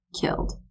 killed